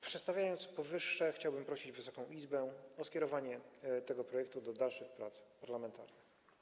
Przedstawiwszy powyższe, chciałbym prosić Wysoką Izbę o skierowanie tego projektu do dalszych prac parlamentarnych.